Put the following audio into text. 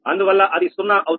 అందువల్ల అది 0